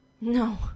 No